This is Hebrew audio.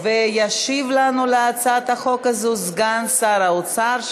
ישיב לנו על הצעת החוק הזאת סגן שר האוצר,